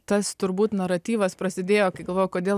tas turbūt naratyvas prasidėjo kai galvojau kodėl